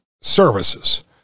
services